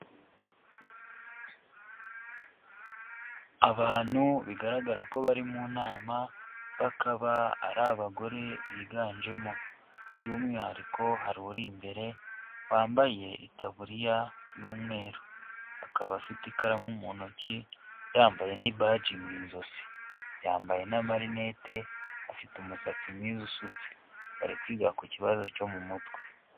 Abantu bigaragara ko bari mu nama, bakaba ari abagore biganjemo. By'umwihariko hari uri imbere wambaye itaburiya y'umweru. Akaba afite ikaramu mu ntoki, yambaye n'ibaji mu ijosi. Yambaye n'amarinete, afite umusatsi mwiza usutse. Bari kwiga ku kibazo cyo mu mutwe.